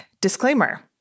disclaimer